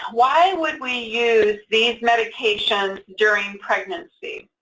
why would we use these medications during pregnancy?